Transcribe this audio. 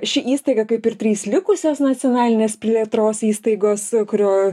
ši įstaiga kaip ir trys likusios nacionalinės plėtros įstaigos kurio